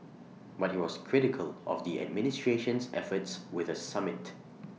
but he was critical of the administration's efforts with A summit